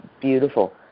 beautiful